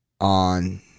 on